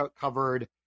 covered